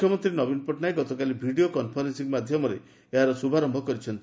ମୁଖ୍ୟମନ୍ତୀ ନବୀନ ପଟ୍ଟନାୟକ ଗତକାଲି ଭିଡ଼ିଓ କନ୍ଫରେନ୍ବିଂ ମାଧ୍ଧମରେ ଏହାର ଶୁଭାରମ୍ୟ କରିଛନ୍ତି